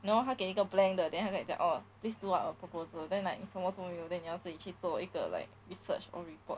you know 他给你一个 blank 的 then 他跟你讲 orh please do out a proposal then like 什么都没有 then 你要自己去做一个 like research or report